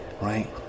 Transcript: Right